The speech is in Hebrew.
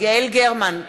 יעל גרמן,